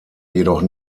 jedoch